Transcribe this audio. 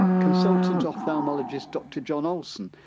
consultant ophthalmologist, dr john olson,